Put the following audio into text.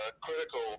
critical